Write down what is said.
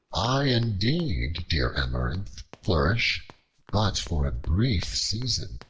i indeed, dear amaranth, flourish but for a brief season!